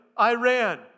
Iran